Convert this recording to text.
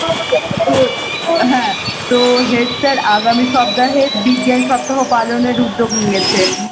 ও হ্যাঁ তো head sir আগামী সপ্তাহে বিজ্ঞান সপ্তাহ পালনের উদ্যোগ নিয়েছেন